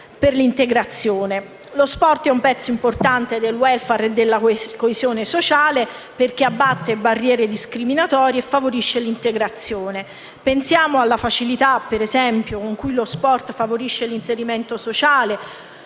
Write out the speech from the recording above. d'accordo. Lo sport è una parte importante del *welfare* e della coesione sociale, perché abbatte barriere discriminatorie e favorisce l'integrazione. Pensiamo alla facilità con cui lo sport favorisce l'inserimento sociale